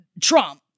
Trump